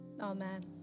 Amen